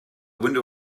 window